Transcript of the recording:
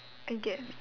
I guess